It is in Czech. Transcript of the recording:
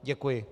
Děkuji.